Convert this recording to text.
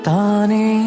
Tani